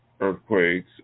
earthquakes